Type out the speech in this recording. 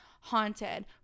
haunted